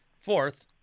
Fourth